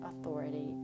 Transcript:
authority